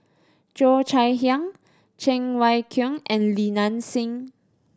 Cheo Chai Hiang Cheng Wai Keung and Li Nanxing